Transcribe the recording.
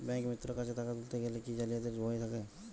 ব্যাঙ্কিমিত্র কাছে টাকা তুলতে গেলে কি জালিয়াতির ভয় থাকে?